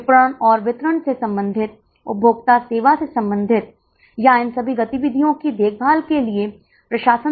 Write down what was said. आप देख सकते हैं कि कुल लागत 80 से 120 से 150 तक गिर रही है क्या 160 के लिए यह और गिर जाएगी